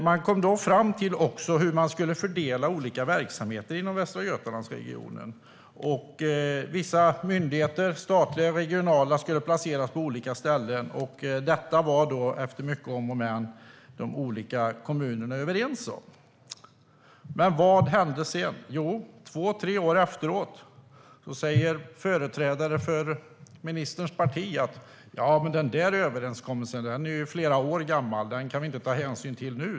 Då kom man också fram till hur man skulle fördela olika verksamheter inom Västra Götalandsregionen. Vissa myndigheter, statliga och regionala, skulle placeras på olika ställen. Detta var, efter många om och men, de olika kommunerna överens om. Vad hände sedan? Jo, två tre år efteråt sa företrädare för ministerns parti: Ja, men den där överenskommelsen är ju flera år gammal. Den kan vi inte ta hänsyn till nu.